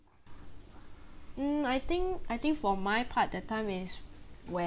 mm I think I think for my part that time is